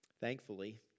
Thankfully